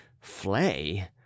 flay